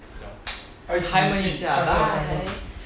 you know 开回下来